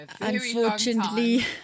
Unfortunately